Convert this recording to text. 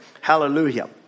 Hallelujah